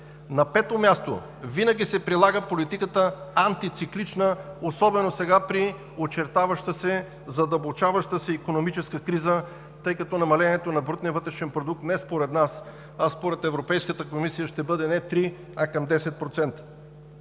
На пето място, винаги се прилага антициклична политика, особено сега при очертаваща се, задълбочаваща се икономическа криза, тъй като намалението на брутния вътрешен продукт – не според нас, а според Европейската комисия, ще бъде не три, а към 10%.